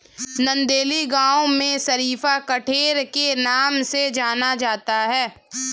नंदेली गांव में शरीफा कठेर के नाम से जाना जाता है